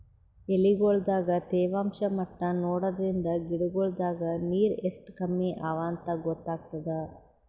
ಎಲಿಗೊಳ್ ದಾಗ ತೇವಾಂಷ್ ಮಟ್ಟಾ ನೋಡದ್ರಿನ್ದ ಗಿಡಗೋಳ್ ದಾಗ ನೀರ್ ಎಷ್ಟ್ ಕಮ್ಮಿ ಅವಾಂತ್ ಗೊತ್ತಾಗ್ತದ